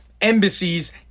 embassies